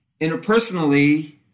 interpersonally